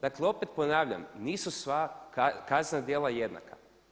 Dakle opet ponavljam nisu sva kaznena djela jednaka.